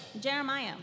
Jeremiah